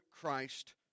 Christ